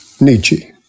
Nietzsche